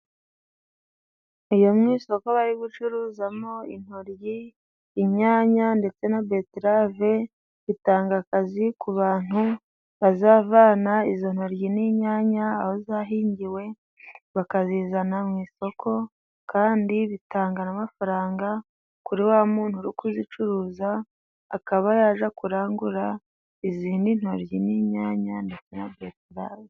Iyo mu isoko bari gucuruzamo intoryi, inyanya ndetse na beterave, bitanga akazi ku bantu bazavana izo ntoryi n'inyanya aho zahingiwe bakazizana mu isoko. Kandi bitanga n'amafaranga kuri wa muntu uri kuzicuruza, akaba yajya kurangura izindi ntoryi n'inyanya ndetse na betereve.